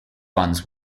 ones